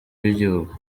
w’igihugu